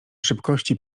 szybkości